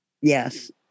Yes